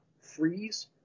freeze